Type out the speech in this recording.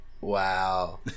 Wow